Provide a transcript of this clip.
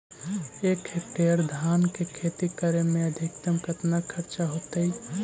एक हेक्टेयर धान के खेती करे में अधिकतम केतना खर्चा होतइ?